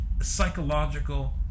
psychological